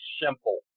simple